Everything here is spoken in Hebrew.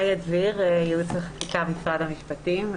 ייעוץ וחקיקה, משרד המשפטים.